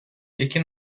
які